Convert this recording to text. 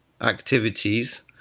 activities